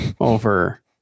over